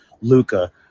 Luca